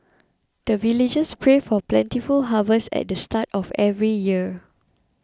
the villagers pray for plentiful harvest at the start of every year